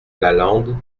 lalande